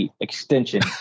extension